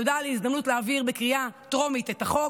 תודה על ההזדמנות להעביר בקריאה הטרומית את החוק.